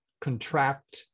contract